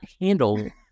handle